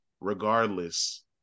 regardless